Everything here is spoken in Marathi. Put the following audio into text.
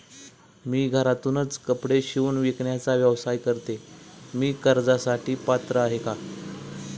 मी घरातूनच कपडे शिवून विकण्याचा व्यवसाय करते, मी कर्जासाठी पात्र आहे का?